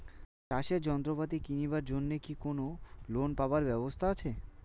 চাষের যন্ত্রপাতি কিনিবার জন্য কি কোনো লোন পাবার ব্যবস্থা আসে?